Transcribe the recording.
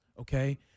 okay